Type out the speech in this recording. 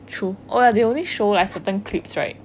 true oh ya they only show like certain clips right